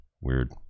Weird